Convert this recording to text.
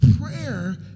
Prayer